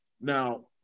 Now